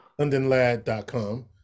londonlad.com